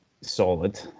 solid